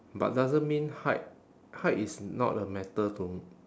but doesn't mean height height is not a matter to m~